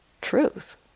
truth